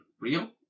real